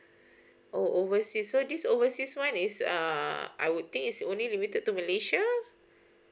oh overseas so this overseas one is um I would think it's only limited to malaysia